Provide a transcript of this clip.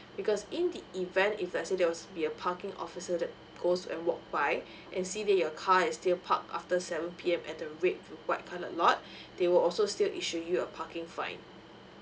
because in the event if let's say there was the uh parking officer that goes and walk by and see that your car is still park after seven P_M at the red and white coloured lot they will also still issue you a parking fine